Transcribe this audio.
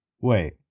Wait